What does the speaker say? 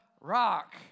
rock